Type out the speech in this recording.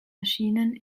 erschienen